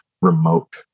remote